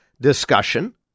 discussion